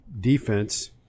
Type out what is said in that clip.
defense